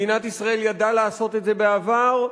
מדינת ישראל ידעה לעשות את זה בעבר,